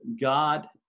God